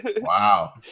Wow